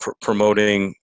promoting